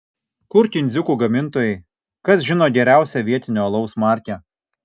kur kindziukų gamintojai kas žino geriausią vietinio alaus markę